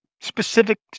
specific